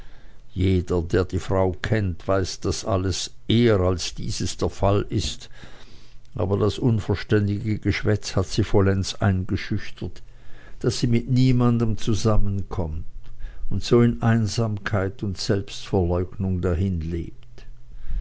jeder der die frau kennt weiß daß alles eher als dieses der fall ist aber das unverständige geschwätz hat sie vollends eingeschüchtert daß sie fast mit niemand zusammenkommt und so in einsamkeit und selbstverleugnung dahinlebt